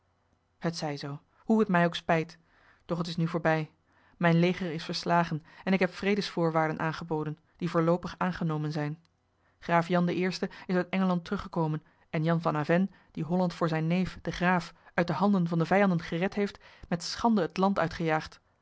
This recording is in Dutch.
het zij zoo hoe het mij ook spijt doch t is nu voorbij mijn leger is verslagen en ik heb vredesvoorwaarden aangeboden die voorloopig aangenomen zijn graaf jan i is uit engeland teruggekomen en jan van avennes die holland voor zijn neef den graaf uit de handen van de vijanden gered heeft met schande het land uitgejaagd